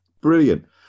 brilliant